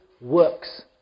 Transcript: works